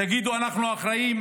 תגידו: אנחנו אחראים,